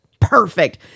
perfect